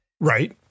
Right